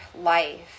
life